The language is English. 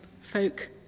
folk